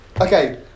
Okay